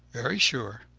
very sure!